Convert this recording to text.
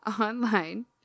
online